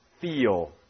feel